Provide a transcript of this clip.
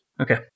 Okay